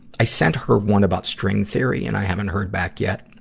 i sent her one about string theory and i haven't heard back yet.